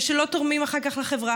ושלא תורמים אחר כך לחברה,